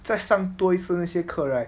在上多一次那些课 right